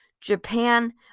Japan